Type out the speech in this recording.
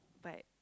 but